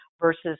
versus